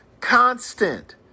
Constant